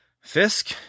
Fisk